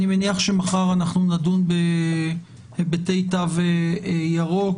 אני מניח שמחר נדון בהיבטי תו ירוק.